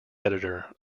editor